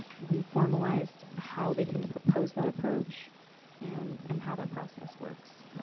we formalized how they can propose that approach and and how that process works.